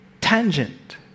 tangent